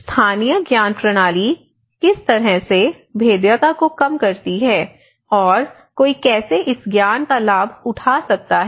स्थानीय ज्ञान प्रणाली किस तरह से भेद्यता को कम करती है और कोई कैसे इस ज्ञान का लाभ उठा सकता है